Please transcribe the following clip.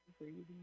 Breathing